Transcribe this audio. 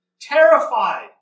terrified